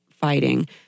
fighting